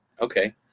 Okay